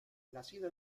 nacido